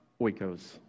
oikos